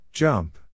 Jump